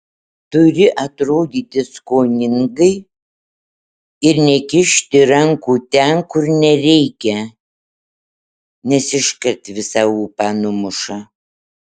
turi atrodyti skoningai ir nekišti rankų ten kur nereikia nes iškart visą ūpą numuša